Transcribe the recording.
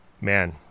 man